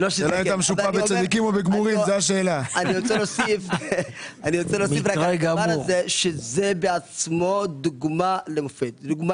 אני רוצה להוסיף שזה בעצמו דוגמה למופת ודוגמה